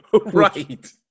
Right